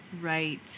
Right